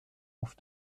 auf